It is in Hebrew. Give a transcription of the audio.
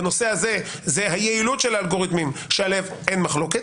בנושא הזה זה היעילות של האלגוריתמים שעליהם אין מחלוקת.